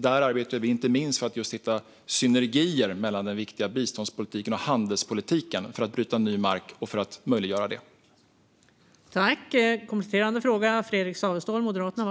Där arbetar vi inte minst för att just hitta synergier mellan den viktiga biståndspolitiken och handelspolitiken för att bryta ny mark och för att möjliggöra detta.